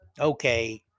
Okay